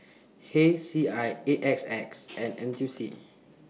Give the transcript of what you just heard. H C I A X S and N T U C